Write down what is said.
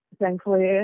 thankfully